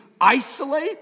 isolate